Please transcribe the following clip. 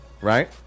right